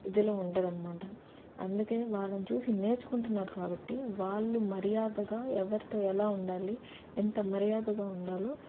ఇదిలో ఉంటుంది అన్నమాట అందుకే వాళ్ళని చూసి నేర్చుకుంటున్నారు కాబట్టి వాళ్ళు మర్యాదగా ఎవరితో ఎలా ఉండాలి ఎంత మర్యాదగా ఉండాలో